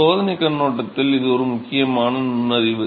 சோதனைக் கண்ணோட்டத்தில் இது ஒரு முக்கியமான நுண்ணறிவு